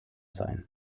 sein